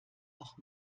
auch